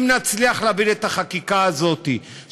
אם נצליח להעביר את החקיקה הזאת,